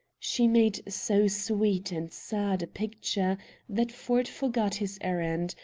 she made so sweet and sad a picture that ford forgot his errand,